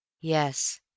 Yes